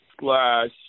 slash